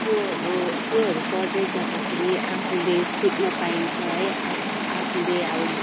त्योहरू त्योहरू पढ्दै जाँदाखेरि आफूले सिक्न पाइन्छ है आफ् आफूले अब